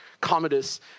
Commodus